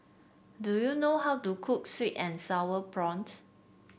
do you know how to cook sweet and sour prawns